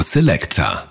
Selector